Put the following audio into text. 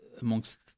amongst